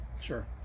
Sure